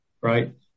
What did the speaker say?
right